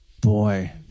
boy